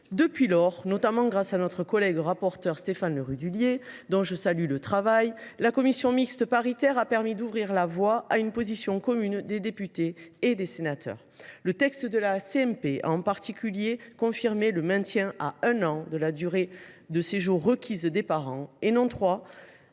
Depuis lors, notamment grâce à notre collègue rapporteur, Stéphane Le Rudulier, dont je salue le travail, la commission mixte paritaire a ouvert la voie à l’adoption d’une position commune des députés et des sénateurs. Le présent texte confirme en particulier le maintien à un an de la durée de séjour requise des parents – et non un